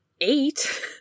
eight